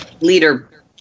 Leader